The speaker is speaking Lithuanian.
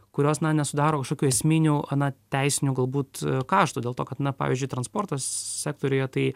kurios na nesudaro kažkokių esminių na teisinių galbūt kaštų dėl to kad na pavyzdžiui transporto s sektoriuje tai